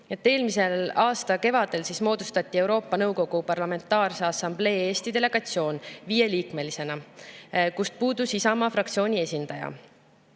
Eelmise aasta kevadel moodustati Euroopa Nõukogu Parlamentaarse Assamblee Eesti delegatsioon, viieliikmelisena, ja sealt puudus Isamaa fraktsiooni esindaja.